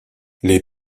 les